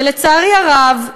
ולצערי הרב,